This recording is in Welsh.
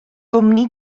gwmni